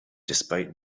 despite